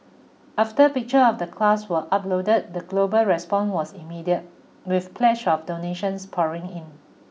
after picture of the class were uploaded the global response was immediate with pledges of donations pouring in